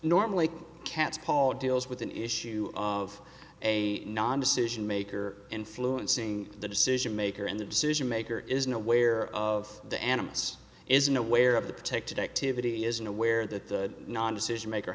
normally cats paul deals with an issue of a non decision maker influencing the decision maker in the decision maker isn't aware of the animists isn't aware of the protected activity isn't aware that the decision maker